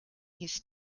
his